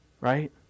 right